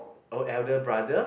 oh elder brother